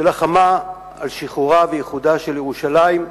שלחמה על שחרורה ואיחודה של ירושלים,